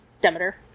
Demeter